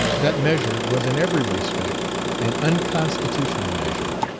that measure was in every respect an unconstitutional measure.